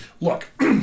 Look